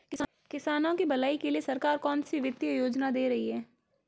किसानों की भलाई के लिए सरकार कौनसी वित्तीय योजना दे रही है?